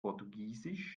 portugiesisch